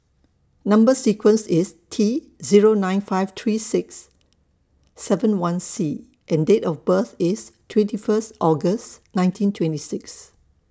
Number sequence IS T Zero nine five three six seven one C and Date of birth IS twenty First August nineteen twenty six